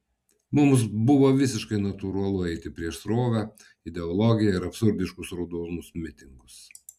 mums buvo visiškai natūralu eiti prieš srovę ideologiją ir absurdiškus raudonus mitingus